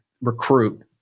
recruit